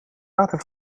water